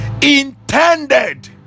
intended